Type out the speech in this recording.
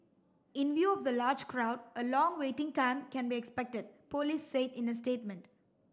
in view of the large crowd a long waiting time can be expected police said in a statement